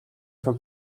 from